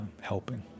helping